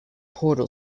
portal